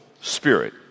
spirit